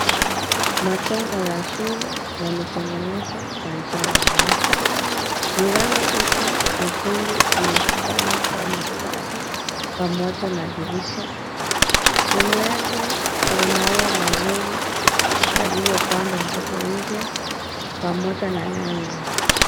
Majengo ya shule yametengenezwa kwa njia ya ghorofa, milango iko miekundu ikiwa imejipanga kwa mistari pamoja na dirisha. Chini yake kuna maua mazuri yaliyopandwa hapo nje pamoja na nyasi.